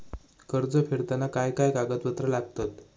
कर्ज फेडताना काय काय कागदपत्रा लागतात?